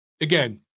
again